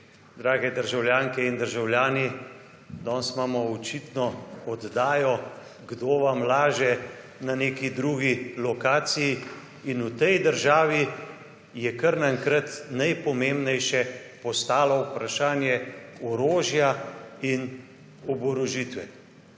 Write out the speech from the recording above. drage državljanke in državljani! Danes imamo očitno oddajo Kdo vam laže, na neki drugi lokaciji in v tej državi je kar na enkrat najpomembnejše postalo vprašanje orožja in oborožitve.